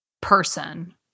person